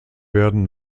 werden